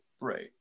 Right